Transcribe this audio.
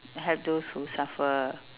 help those who suffer